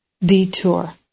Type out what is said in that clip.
detour